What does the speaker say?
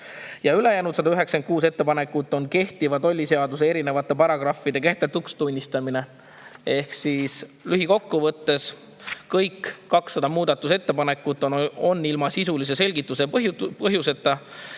Ülejäänud 196 ettepanekut [soovivad] kehtiva tolliseaduse erinevate paragrahvide kehtetuks tunnistamist. Ehk siis kokkuvõttes on kõik 200 muudatusettepanekut ilma sisulise selgituse ja põhjuseta.